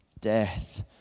Death